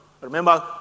Remember